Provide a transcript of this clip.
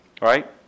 right